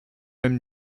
même